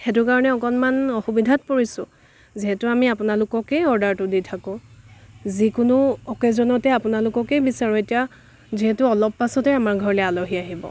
সেইটো কাৰণে অকণমান অসুবিধাত পৰিছোঁ যিহেতু আমি আপোনালোককেই অৰ্ডাৰটো দি থাকোঁ যিকোনো অকেজনতে আপোনালোককেই বিচাৰোঁ এতিয়া যিহেতু অলপ পাছতে আমাৰ ঘৰলৈ আলহী আহিব